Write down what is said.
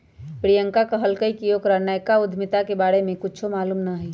प्रियंका कहलकई कि ओकरा नयका उधमिता के बारे में कुछो मालूम न हई